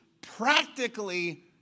practically